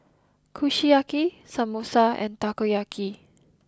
Kushiyaki Samosa and Takoyaki